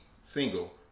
single